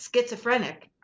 schizophrenic